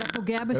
אתה פוגע בשוויון.